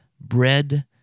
bread